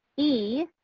e.